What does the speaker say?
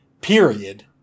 period